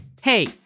Hey